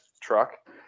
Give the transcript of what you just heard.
truck